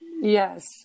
Yes